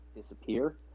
disappear